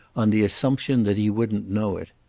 on the assumption that he wouldn't know it.